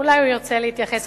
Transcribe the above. אולי הוא ירצה להתייחס,